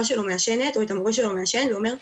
שלו מעשנת או את המורה שלו מעשן ואומר,